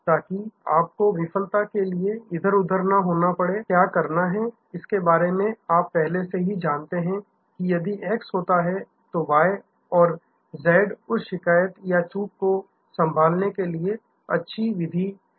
ताकि आपको विफलता के लिए इधर उधर न होना पड़े क्या करना है इसके बारे में आप पहले से ही जानते हैं कि यदि x होता है तो y और z उस शिकायत या उस चूक को संभालने के लिए सबसे अच्छी विधि हैं